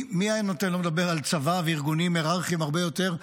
אני לא מדבר על צבא וארגונים היררכיים הרבה יותר.